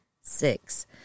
six